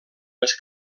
les